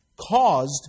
caused